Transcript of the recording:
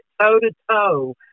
toe-to-toe